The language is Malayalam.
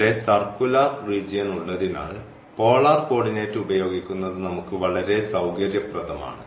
ഇവിടെ സർക്കുലർ റീജിയൻ ഉള്ളതിനാൽ പോളാർ കോർഡിനേറ്റ് ഉപയോഗിക്കുന്നത് നമുക്ക് വളരെ സൌകര്യപ്രദമാണ്